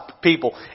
people